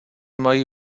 mají